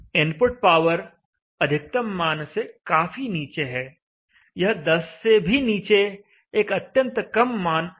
input power अधिकतम मान से काफी नीचे है यह 10 से भी नीचे एक अत्यंत कम मान दर्शा रही है